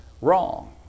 wrong